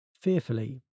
fearfully